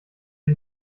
die